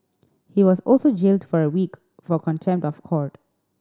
he was also jailed for a week for contempt of court